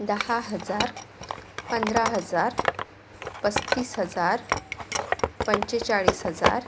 दहा हजार पंधरा हजार पस्तीस हजार पंचेचाळीस हजार